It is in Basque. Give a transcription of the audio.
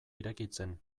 irekitzen